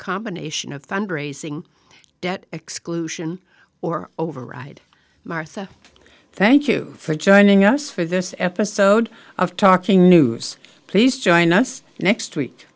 combination of fundraising debt exclusion or override martha thank you for joining us for this episode of talking news please join us next week